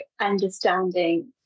understanding